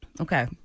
Okay